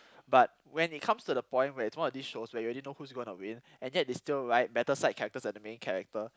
but when it comes to the point where it's one of these shows where you already know who's gonna win and yet they still write better side characters than the main character